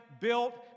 built